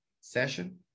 session